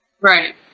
Right